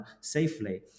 safely